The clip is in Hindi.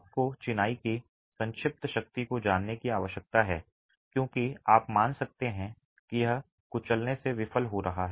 आपको चिनाई की संक्षिप्त शक्ति को जानने की आवश्यकता है क्योंकि आप मान सकते हैं कि यह कुचलने से विफल हो रहा है